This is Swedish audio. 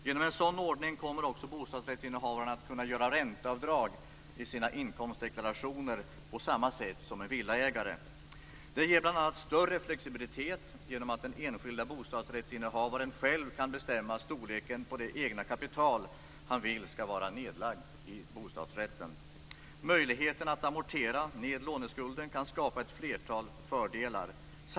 Genom en sådan ordning kommer också bostadsrättsinnehavarna att kunna göra ränteavdrag i sina inkomstdeklarationer på samma sätt som en villaägare. Det ger bl.a. större flexibilitet genom att den enskilde bostadsrättsinnehavaren själv kan bestämma storleken på det egna kapital han vill skall vara nedlagt i bostadsrätten. Möjligheten att amortera ned låneskulden kan skapa ett flertal fördelar.